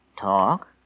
Talk